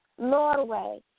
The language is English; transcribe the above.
Norway